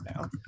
now